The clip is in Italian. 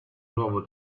nuovo